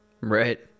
Right